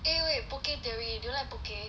eh wait Poke Theory do you like poke